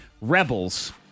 Rebels